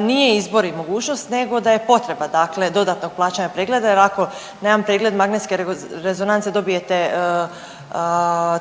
nije izbor i mogućnost, nego da je potreba dakle dodatnog plaćanja pregleda, jer ako na jedan pregled MR dobijete